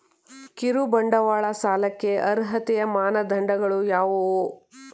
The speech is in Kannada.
ಕಿರುಬಂಡವಾಳ ಸಾಲಕ್ಕೆ ಅರ್ಹತೆಯ ಮಾನದಂಡಗಳು ಯಾವುವು?